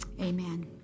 Amen